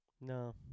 No